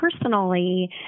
personally